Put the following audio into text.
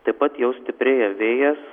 taip pat jau stiprėja vėjas